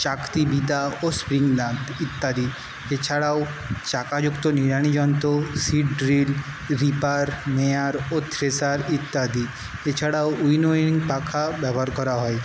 চাকতি table ও গান ইত্যাদি এছাড়াও চাকা যুক্ত নিড়ানি যন্ত্র সীড ড্রিল রিপেয়ার ও থ্রেশার ইত্যাদি এছাড়াও উইনোয়িং পাখা ব্যবহার করা হয়